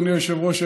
אדוני היושב-ראש,